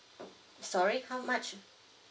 sorry how much